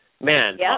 Man